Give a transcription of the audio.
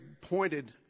pointed